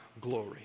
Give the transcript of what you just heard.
glory